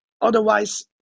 otherwise